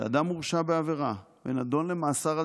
שאדם הורשע בעבירה ונידון למאסר על